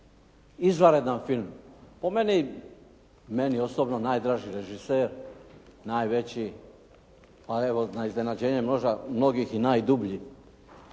Izvanredan film. Po meni, meni osobno najdraži režiser, najveći a evo na iznenađenje možda mnogih i najdublji.